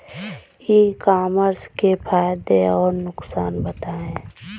ई commerce के फायदे और नुकसान बताएँ?